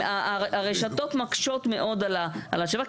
הרשתות מקשות מאוד על ההשבה,